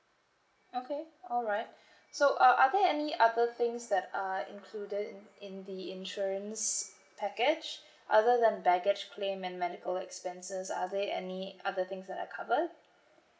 okay alright so uh are there any other things that are included in in the insurance package other than baggage claim and medical expenses are there any other things that are covered